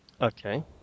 okay